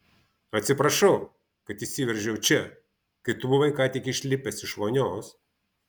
atsiprašau kad įsiveržiau čia kai tu buvai ką tik išlipęs iš vonios